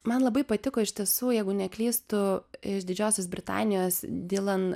man labai patiko iš tiesų jeigu neklystu iš didžiosios britanijos dilan